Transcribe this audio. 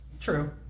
true